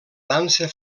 dansa